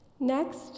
Next